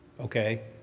okay